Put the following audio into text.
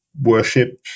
Worship